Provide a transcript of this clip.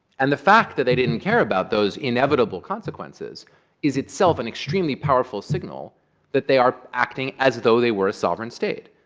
and the fact that they didn't care about those inevitable consequences is itself an extremely powerful signal that they are acting as though they were a sovereign state,